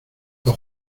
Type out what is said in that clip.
los